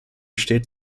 steht